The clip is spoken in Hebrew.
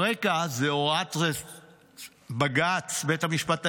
ברקע, זו הוראת בג"ץ, בית המשפט העליון,